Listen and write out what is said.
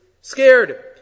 scared